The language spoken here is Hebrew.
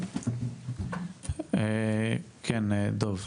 כן, דב.